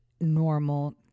normal